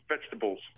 vegetables